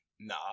nah